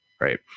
Right